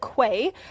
Quay